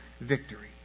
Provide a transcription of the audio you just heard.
victory